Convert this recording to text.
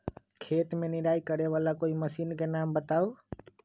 खेत मे निराई करे वाला कोई मशीन के नाम बताऊ?